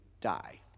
die